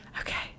Okay